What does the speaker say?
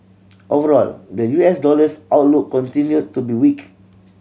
overall the U S dollar's outlook continued to be weak